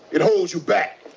it holds you back.